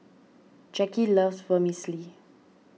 Jacki loves Vermicelli